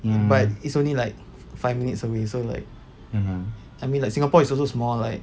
but it's only like five minutes away so like I mean like singapore is also small like ya